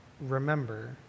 remember